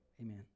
amen